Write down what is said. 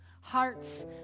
Hearts